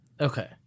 Okay